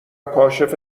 کاشف